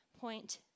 point